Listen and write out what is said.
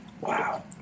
wow